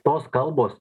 tos kalbos